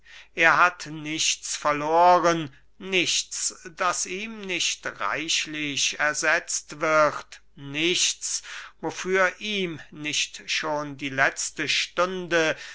er hat nichts verloren nichts das ihm nicht reichlich ersetzt wird nichts wofür ihm nicht schon die letzte stunde